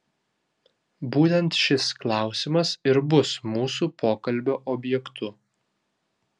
būtent šis klausimas ir bus mūsų pokalbio objektu